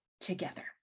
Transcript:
together